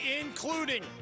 including